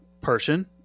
person